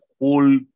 whole